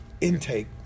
intake